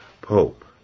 pope